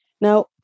Now